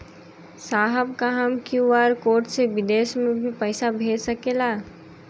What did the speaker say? साहब का हम क्यू.आर कोड से बिदेश में भी पैसा भेज सकेला?